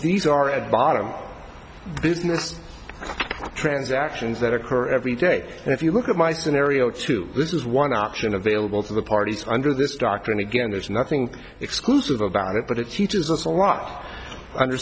these are at bottom business transactions that occur every day and if you look at my scenario to this is one option available to the parties under this doctrine again there's nothing exclusive about it but it teaches us a lot under